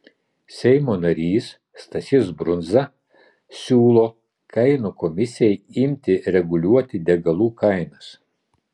seimo narys stasys brundza siūlo kainų komisijai imti reguliuoti degalų kainas